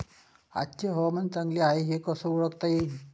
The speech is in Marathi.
आजचे हवामान चांगले हाये हे कसे ओळखता येईन?